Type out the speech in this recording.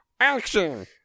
Action